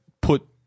put